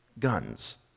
guns